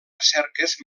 recerques